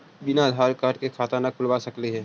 बिना आधार कार्ड के खाता न खुल सकता है?